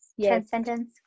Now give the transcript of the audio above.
Transcendence